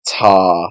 Tar